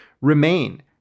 remain